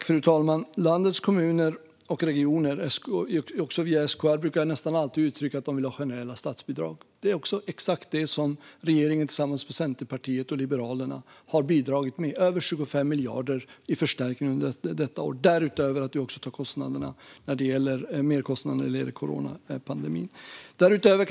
Fru talman! Landets kommuner och regioner brukar nästan alltid uttrycka, också via SKR, att de vill ha generella statsbidrag. Det är också exakt det som regeringen tillsammans med Centerpartiet och Liberalerna har bidragit med - över 25 miljarder i förstärkning under detta år, utöver att vi också tar merkostnaderna när det gäller coronapandemin.